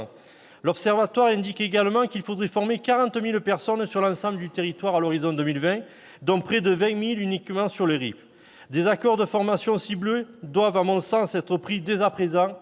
L'observatoire indique également qu'il faudrait former 40 000 personnes sur l'ensemble du territoire à l'horizon de 2020, dont près de 20 000 uniquement sur les RIP. Des accords de formations ciblés doivent à mon sens être pris dès à présent,